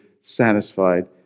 satisfied